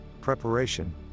preparation